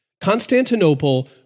Constantinople